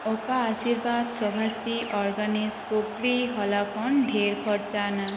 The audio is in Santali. ᱚᱠᱟ ᱟᱥᱤᱨᱵᱟᱫᱽ ᱥᱚᱵᱟᱥᱛᱤ ᱚᱨᱜᱟᱱᱤᱪ ᱠᱩᱜᱽᱞᱤ ᱦᱚᱞᱟ ᱠᱷᱚᱱ ᱰᱷᱮᱨ ᱠᱷᱚᱨᱪᱟ ᱟᱱᱟ